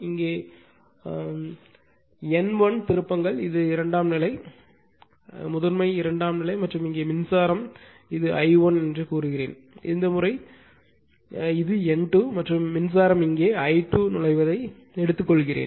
இங்கே டிரான்ஸ் இது N1 இது இரண்டாம் நிலை முதன்மை இரண்டாம் நிலை மற்றும் இங்கே மின்சாரம் இது I1 என்று சொல்லுங்கள் இந்த முறை இது N2 மற்றும் மின்சாரம் இங்கே I2 நுழைவதை எடுத்துக்கொள்கிறேன்